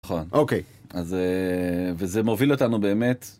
נכון. -אוקיי. -אז... וזה מוביל אותנו באמת